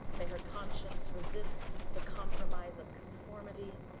may her conscience resist the compromise of conformity,